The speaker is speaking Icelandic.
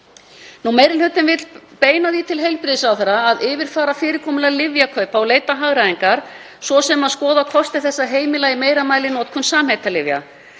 Meiri hlutinn vill beina því til heilbrigðisráðherra að yfirfara fyrirkomulag lyfjakaupa og leita hagræðingar, svo sem að skoða kosti þess að heimila í meira mæli notkun samheitalyfja.